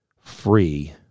free